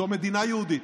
זו מדינה יהודית.